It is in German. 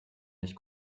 nicht